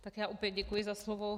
Tak já opět děkuji za slovo.